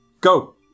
Go